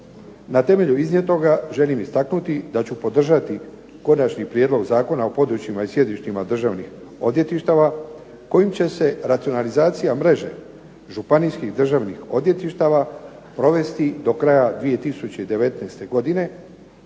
Na temelju iznijetoga želim istaknuti da ću podržati Konačni prijedlog zakona o područjima i sjedištima državnih odvjetništava kojim će se racionalizacija mreže županijskih Državnih odvjetništava provesti do kraja 2019. godine